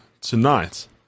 tonight